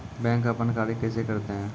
Bank अपन कार्य कैसे करते है?